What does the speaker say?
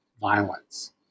violence